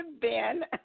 Ben